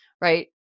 right